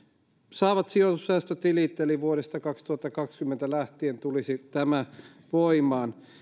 saavat sijoitussäästötilit eli tämä tulisi vuodesta kaksituhattakaksikymmentä lähtien voimaan